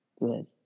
Good